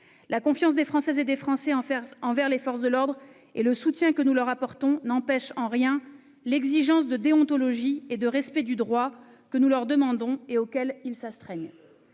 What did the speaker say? La confiance des Françaises et des Français envers les forces de l'ordre et le soutien que nous leur apportons n'entame en rien l'exigence de déontologie et de respect du droit que nous leur assignons et à laquelle ils s'astreignent.